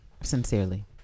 Sincerely